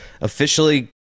officially